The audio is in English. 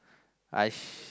I